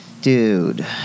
dude